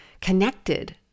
connected